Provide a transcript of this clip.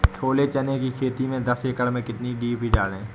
छोले चने की खेती में दस एकड़ में कितनी डी.पी डालें?